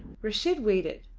reshid waited,